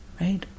right